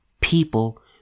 people